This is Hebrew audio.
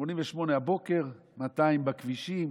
88 הבוקר, 200 בכבישים,